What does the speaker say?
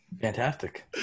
fantastic